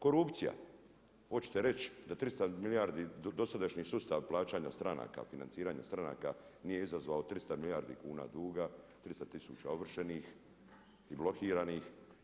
Korupcija, oćete reći da 300 milijardi dosadašnji sustav plaćanja stranaka, financiranja stranaka nije izazvao 300 milijardi kuna duga, 300 tisuća ovršenih i blokiranih?